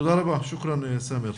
תודה רבה, שוקראן, סאמר.